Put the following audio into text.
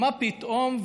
מה פתאום?